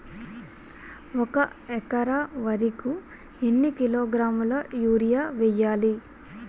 ఒక ఎకర వరి కు ఎన్ని కిలోగ్రాముల యూరియా వెయ్యాలి?